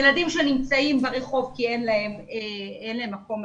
ילדים שנמצאים ברחוב כי אין להם מקום מתאים,